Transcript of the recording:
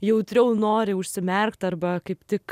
jautriau nori užsimerkt arba kaip tik